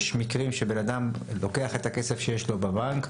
יש מקרים שבן אדם לוקח את הכסף שיש לו בבנק,